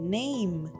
name